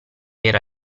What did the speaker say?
era